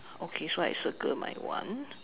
okay so I circle my one